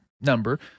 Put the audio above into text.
number